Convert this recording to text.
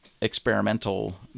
experimental